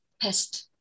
pest